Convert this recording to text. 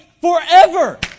forever